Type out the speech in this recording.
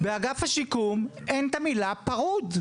באגף השיקום אין את המילה פרוד.